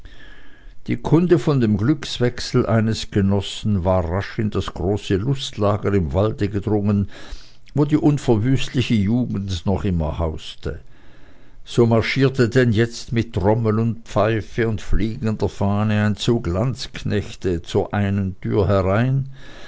die kunde von dem glückswechsel eines genossen war rasch in das große lustlager im walde gedrungen wo die unverwüstliche jugend noch immer hauste so marschierte denn jetzt mit trommel und pfeife und fliegender fahne ein zug landsknechte zur einen türe herein